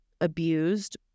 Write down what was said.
abused